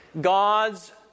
God's